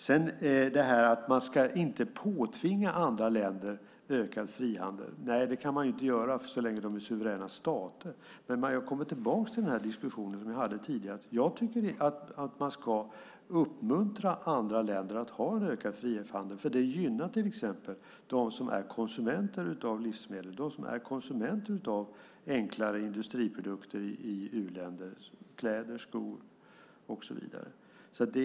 Så till frågan att man inte ska påtvinga andra länder ökad frihandel. Det kan man ju inte göra så länge de är suveräna stater. Men jag kommer tillbaka till den diskussion vi hade tidigare. Jag tycker att man ska uppmuntra andra länder att ha en ökad frihandel. Det gynnar dem som är konsumenter av livsmedel, dem som är konsumenter av enklare industriprodukter, som kläder och skor och så vidare, i u-länder.